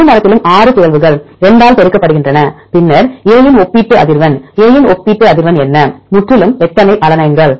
முழு மரத்திலும் 6 பிறழ்வுகள் 2 ஆல் பெருக்கப்படுகின்றன பின்னர் A இன் ஒப்பீட்டு அதிர்வெண் A இன் ஒப்பீட்டு அதிர்வெண் என்ன முற்றிலும் எத்தனை அலனைன்கள்